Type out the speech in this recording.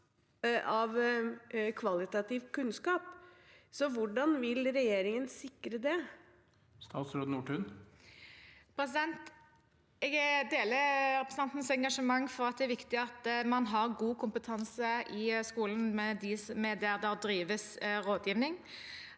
av kvalitativ kunnskap. Hvordan vil regjeringen sikre det? Statsråd Kari Nessa Nordtun Jeg deler representantens engasjement for at det er viktig at man har god kompetanse i skolen der det drives rådgivning.